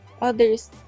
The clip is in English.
others